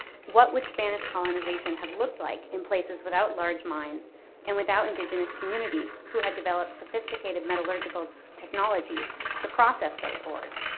what would spanish colonization have looked like in places without large mines and without indigenous communities who had developed sophisticated metallurgical technologies to process those ores?